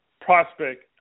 prospect